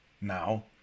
now